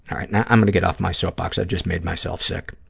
right, now i'm going to get off my soapbox. i just made myself sick,